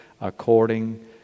according